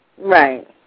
Right